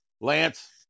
Lance